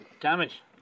Damage